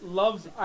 love's